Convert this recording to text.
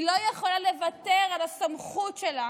היא לא יכולה לוותר על הסמכות שלה